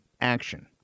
action